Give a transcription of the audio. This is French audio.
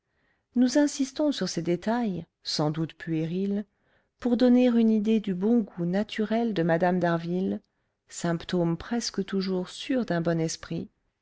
nous insistons sur ces détails sans doute puérils pour donner une idée du bon goût naturel de mme d'harville